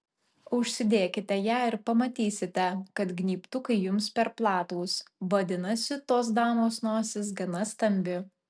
užsidėkite ją ir pamatysite kad gnybtukai jums per platūs vadinasi tos damos nosis gana stambi